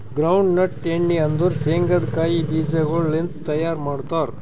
ground nut ಎಣ್ಣಿ ಅಂದುರ್ ಶೇಂಗದ್ ಕಾಯಿ ಬೀಜಗೊಳ್ ಲಿಂತ್ ತೈಯಾರ್ ಮಾಡ್ತಾರ್